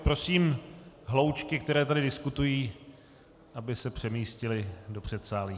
Prosím hloučky, které tady diskutují, aby se přemístily do předsálí.